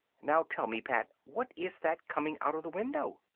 now, tell me, pat, what is that coming out of the window?